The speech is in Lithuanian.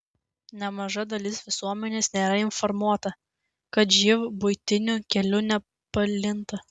nemaža dalis visuomenės nėra informuota kad živ buitiniu keliu neplinta